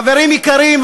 חברים יקרים,